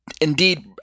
indeed